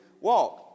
walk